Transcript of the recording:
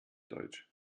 deutsch